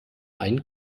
einen